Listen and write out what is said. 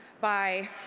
bye